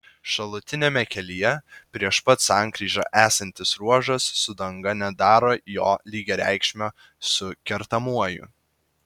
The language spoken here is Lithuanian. šalutiniame kelyje prieš pat sankryžą esantis ruožas su danga nedaro jo lygiareikšmio su kertamuoju